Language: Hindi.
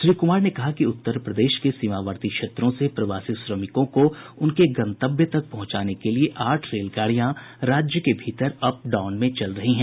श्री कुमार ने कहा कि उत्तर प्रदेश के सीमावर्ती क्षेत्रों से प्रवासी श्रमिकों को उनके गन्तव्य तक पहुंचाने के लिए आठ रेलगाड़ियां राज्य के भीतर अप डाउन में चल रही हैं